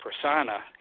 persona